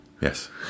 Yes